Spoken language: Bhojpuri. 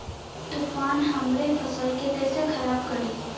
तूफान हमरे फसल के कइसे खराब करी?